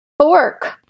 fork